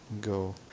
go